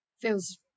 feels